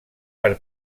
per